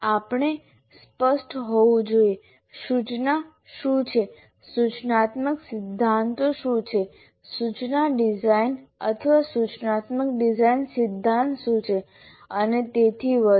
આપણે સ્પષ્ટ હોવું જોઈએ સૂચના શું છે સૂચનાત્મક સિદ્ધાંતો શું છે સૂચના ડિઝાઇન અથવા સૂચનાત્મક ડિઝાઇન સિદ્ધાંત શું છે અને તેથી વધુ